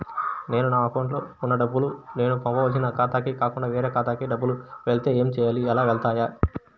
నేను నా అకౌంట్లో వున్న డబ్బులు నేను పంపవలసిన ఖాతాకి కాకుండా వేరే ఖాతాకు డబ్బులు వెళ్తే ఏంచేయాలి? అలా వెళ్తాయా?